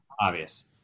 Obvious